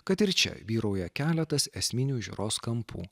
kad ir čia vyrauja keletas esminių žiūros kampų